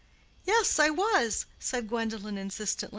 yes, i was, said gwendolen insistently.